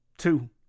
Two